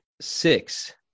six